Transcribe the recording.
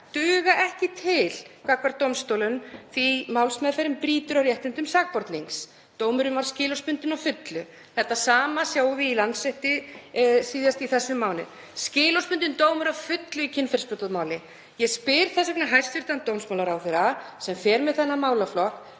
duga ekki til gagnvart dómstólum því að málsmeðferðin brýtur á réttindum sakbornings. Dómurinn var skilorðsbundinn að fullu. Þetta sama sjáum við í Landsrétti síðast í þessum mánuði, skilorðsbundinn dómur að fullu í kynferðisbrotamáli. Ég spyr þess vegna hæstv. dómsmálaráðherra, sem fer með þennan málaflokk: